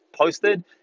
posted